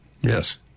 Yes